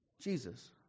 Jesus